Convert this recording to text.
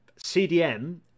CDM